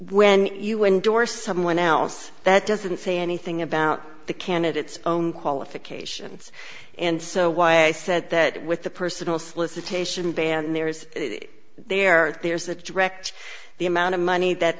when you were endorsed someone else that doesn't say anything about the candidates own qualifications and so why i said that with the personal solicitation band there's there there's a direct the amount of money that